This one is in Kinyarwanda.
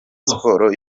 siporo